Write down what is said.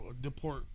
deport